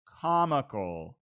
comical